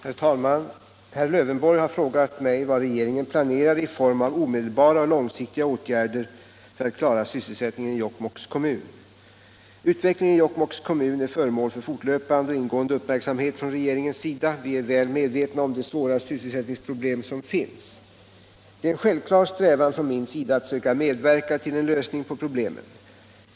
Herr talman! Herr Lövenborg har frågat mig vad regeringen planerar i form av omedelbara och långsiktiga åtgärder för att klara sysselsättningen i Jokkmokks kommun. Utvecklingen i Jokkmokks kommun är föremål för fortlöpande och ingående uppmärksamhet från regeringens sida. Vi är väl medvetna om de svåra sysselsättningsproblem som finns. Det är en självklar strävan från min sida att söka medverka till en lösning på problemen.